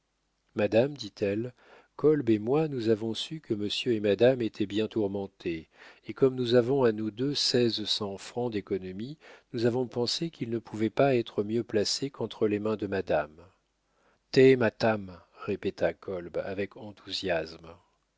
madame dit-elle kolb et moi nous avons su que monsieur et madame étaient bien tourmentés et comme nous avons à nous deux seize cents francs d'économies nous avons pensé qu'ils ne pouvaient pas être mieux placés qu'entre les mains de madame te matame répéta kolb avec enthousiasme